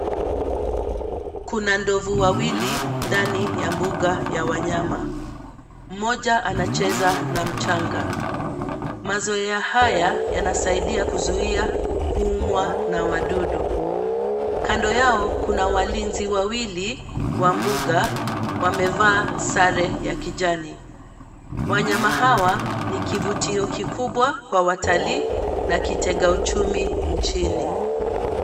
Kuna ndovu wawili ndani ya mbuga ya wanyama. Mmoja anacheza na mchanga. Mazoea haya yanasaidia kuzuia kuumwa na wadudu. Kando yao, kuna walinzi wawili wa mbuga, wamevaa sare ya kijani. Wanyama hawa ni kivutio kikubwa kwa watalii na kitega uchumi nchini.